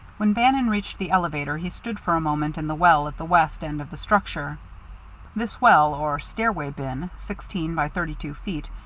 when bannon reached the elevator he stood for a moment in the well at the west end of the structure this well, or stairway bin, sixteen by thirty-two feet,